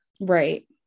Right